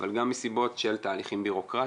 אבל גם מסיבות של תהליכים בירוקרטיים.